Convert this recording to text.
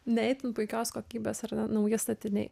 ne itin puikios kokybės ar ne nauji statiniai